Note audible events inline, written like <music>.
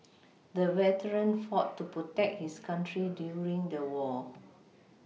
the veteran fought to protect his country during the war <noise>